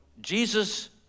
Jesus